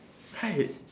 right